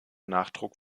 nachdruck